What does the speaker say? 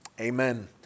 Amen